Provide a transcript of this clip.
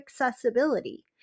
accessibility